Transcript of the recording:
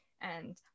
and-